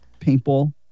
paintball